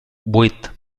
vuit